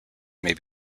may